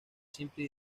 simple